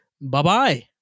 Bye-bye